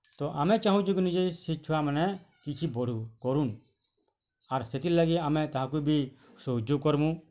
ତ ଆମେ ଚାହୁଁଛୁ କିନି ଯେ ସେ ଛୁଆ ମାନେ କିଛି ବଢ଼ୁ କରୁନ୍ ଆର୍ ସେଥିର୍ ଲାଗି ଆମେ ତାହାକୁ ବି ସହଯୋଗ କର୍ମୁଁ